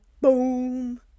boom